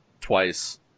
twice